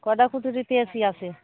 কটা কুঠুরিতে A C আছে